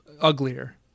Uglier